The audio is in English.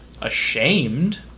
ashamed